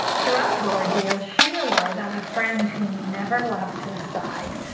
throughout her ordeal she relied on a friend who never left her side.